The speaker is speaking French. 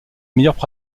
meilleures